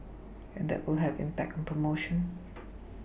and that will have an impact on promotion